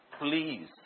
please